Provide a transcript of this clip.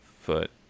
foot